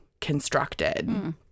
constructed